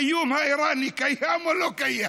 האיום האיראני קיים או לא קיים?